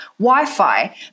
Wi-Fi